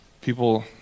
people